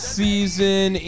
season